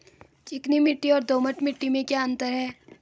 चिकनी मिट्टी और दोमट मिट्टी में क्या अंतर है?